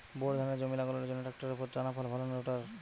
Bore ধানের জমি লাঙ্গলের জন্য ট্রাকটারের টানাফাল ভালো না রোটার?